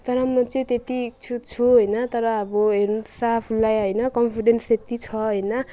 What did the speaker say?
तर म चाहिँ त्यत्ति इच्छुक छु होइन तर अब हेर्नुपर्छ आफूलाई होइन कन्फिडेन्स त्यति छ होइन